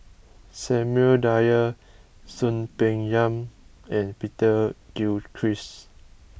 Samuel Dyer Soon Peng Yam and Peter Gilchrist